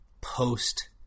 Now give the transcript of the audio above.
post